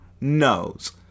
knows